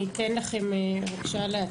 אני אתן לכם להציג.